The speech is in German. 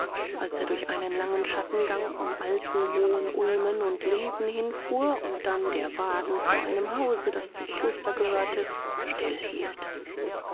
als er durch einen langen schattengang von alten hohen ulmen und linden hinfuhr und dann der wagen vor einem hause das zum kloster gehörte still hielt